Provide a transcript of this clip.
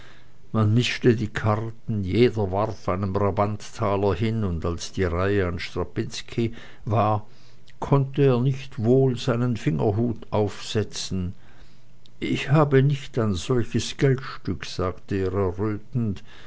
man mischte die karten jeder warf einen brabantertaler hin und als die reihe an strapinski war konnte er nicht wohl seinen fingerhut auf den tisch setzen ich habe nicht ein solches geldstück sagte er